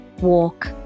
walk